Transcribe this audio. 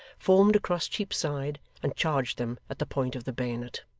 formed across cheapside, and charged them at the point of the bayonet.